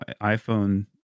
iPhone